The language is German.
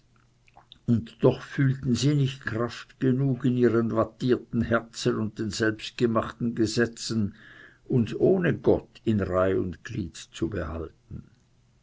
und doch fühlten sie nicht kraft genug in ihren wattierten herzen und den selbstgemachten gesetzen uns ohne gott in reih und glied zu behalten